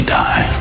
die